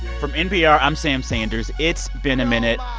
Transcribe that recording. from npr, i'm sam sanders. it's been a minute.